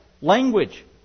language